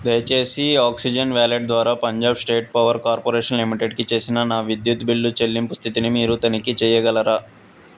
దయచేసి oxygen wallet ద్వారా Punjab state power corporation లిమిటెడ్కి చేసిన నా విద్యుత్ బిల్లు చెల్లింపు స్థితిని మీరు తనిఖీ చేయగలరా